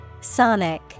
Sonic